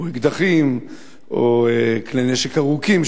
כמו אקדחים או כלי נשק ארוכים,